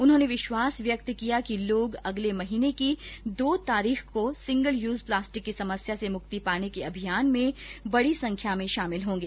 उन्होंने विश्वास व्यक्त किया कि लोग अगले महीने की दो तारीख को सिंगल यूज प्लास्टिक की समस्या से मुक्ति पाने के अभियान में बड़ी संख्या में शामिल होंगे